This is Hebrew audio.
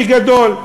בגדול,